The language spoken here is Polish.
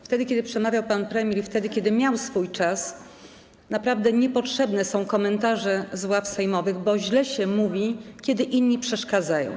Wtedy, kiedy przemawiał pan premier, i wtedy, kiedy miał swój czas, naprawdę niepotrzebne były komentarze z ław sejmowych, bo źle się mówi, kiedy inni przeszkadzają.